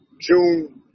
June